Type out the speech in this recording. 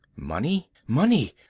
money! money!